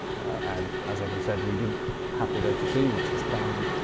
and as eben said, we didn't have to go to c, which is fine,